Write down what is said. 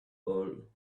all